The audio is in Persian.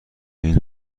این